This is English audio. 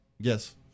Yes